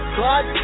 god